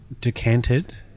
decanted